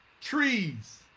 Trees